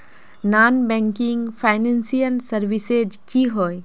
Non banking financial services की होय?